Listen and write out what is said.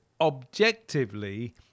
objectively